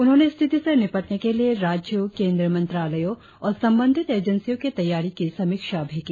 उन्होंने स्थिति से निपटने के लिए राज्यों केंद्रीय मंत्रालयों और संबंधित एजेंसियों की तैयारी की समीक्षा भी की